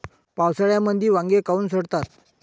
पावसाळ्यामंदी वांगे काऊन सडतात?